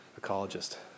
ecologist